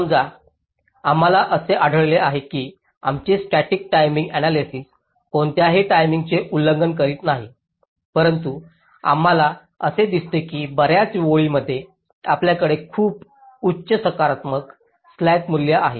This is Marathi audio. समजा आम्हाला असे आढळले आहे की आमचे स्टॅटिक टाईमिंग आण्यालायसिस कोणत्याही टाईमचे उल्लंघन करीत नाही परंतु आम्हाला असे दिसते की बर्याच ओळींमध्ये आपल्याकडे खूप उच्च सकारात्मक स्लॅक मूल्य आहे